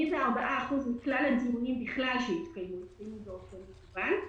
84% מכלל הדיונים שהתקיימו נעשו באופן מקוון.